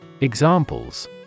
Examples